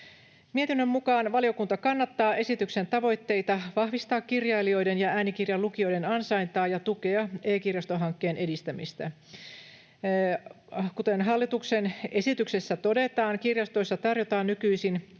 Mietinnön mukaan valiokunta kannattaa esityksen tavoitteita vahvistaa kirjailijoiden ja äänikirjan lukioiden ansaintaa ja tukea e-kirjastohankkeen edistämistä. Kuten hallituksen esityksessä todetaan, kirjastoissa tarjotaan nykyisin asiakkaiden